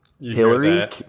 Hillary